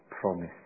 promise